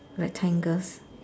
rectangles